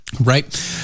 right